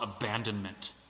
abandonment